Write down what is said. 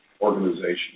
organization